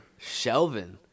Shelvin